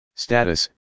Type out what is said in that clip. Status